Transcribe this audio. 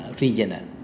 regional